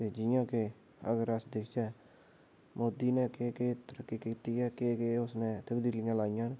ते जियां कि अगर अस दिखचै मोदी नै केह् केह् तरक्की कीती ऐते केह् केह् उसनै न